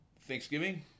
Thanksgiving